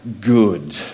good